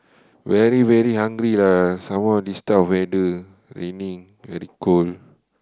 very very hungry lah some more this type of weather raining very cold